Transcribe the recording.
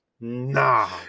Nah